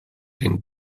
den